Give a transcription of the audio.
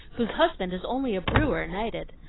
whose husband is only a brewer knighted.